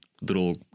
little